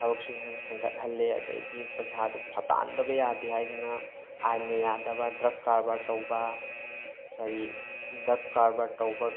ꯊꯕꯛꯁꯨ ꯍꯦꯟꯅ ꯍꯦꯟꯒꯠꯍꯜꯂꯦ ꯑꯗꯩꯗꯤ ꯄꯩꯁꯥꯗꯨ ꯇꯥꯟꯗꯕ ꯌꯥꯗꯦ ꯍꯥꯏꯗꯅ ꯑꯥꯏꯟꯅ ꯌꯥꯗꯕ ꯗ꯭ꯔꯛ ꯀꯔꯕꯥꯔ ꯇꯧꯕ ꯀꯔꯤ ꯗ꯭ꯔꯛ ꯀꯔꯕꯥꯔ ꯇꯧꯕ